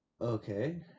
Okay